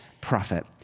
prophet